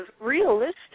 realistic